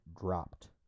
dropped